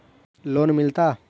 Loan मिलता?